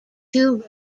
two